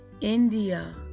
India